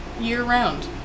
year-round